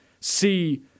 see